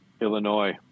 Illinois